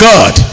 God